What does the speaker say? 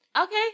Okay